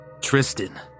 Tristan